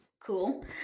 cool